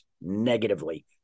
negatively